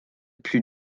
plus